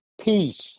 peace